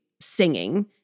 singing